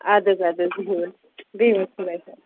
اَدٕ حظ اَدٕ حظ بِہِوحظ بِہِو حظ خۄدایَس حوال